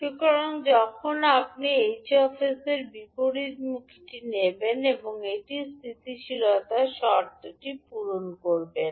সুতরাং যখন আপনি 𝐻 𝑠 এর বিপরীতমুখী নেবেন এটি স্থিতিশীলতার শর্তটি পূরণ করবে না lim